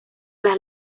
las